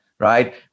Right